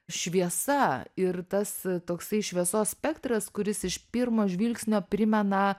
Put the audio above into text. šviesa ir tas toksai šviesos spektras kuris iš pirmo žvilgsnio primena